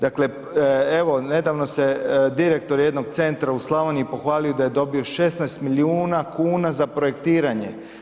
Dakle evo nedavno se direktor jedno centra u Slavoniji pohvalio da je dobio 16 milijuna kuna za projektiranje.